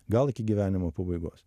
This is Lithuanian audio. gal iki gyvenimo pabaigos